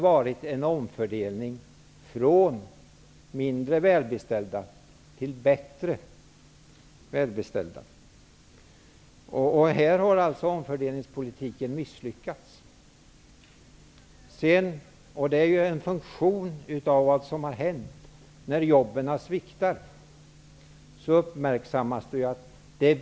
Här har omfördelningspolitiken misslyckats -- det gäller t.ex. bostadssubventionerna. Detta är ju en funktion av vad som har hänt när jobben har sviktat.